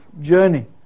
journey